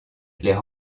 les